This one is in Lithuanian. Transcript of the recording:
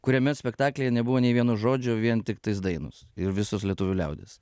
kuriame spektaklyje nebuvo nei vieno žodžio vien tiktais dainos ir visos lietuvių liaudies